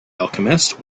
alchemist